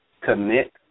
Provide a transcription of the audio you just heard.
commit